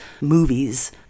movies